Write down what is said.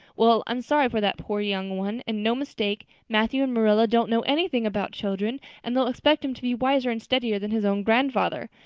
well, i'm sorry for that poor young one and no mistake. matthew and marilla don't know anything about children and they'll expect him to be wiser and steadier that his own grandfather,